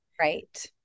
Right